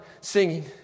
singing